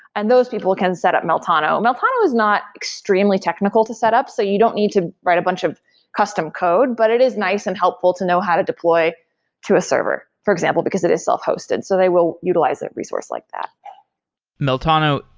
and those people can set up meltano meltano is not extremely technical to set up. so you don't need to write a bunch of custom code, but it is nice and helpful to know how to deploy to a server, for example, because it is self hosted. so they will utilize that resource like that meltano,